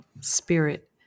spirit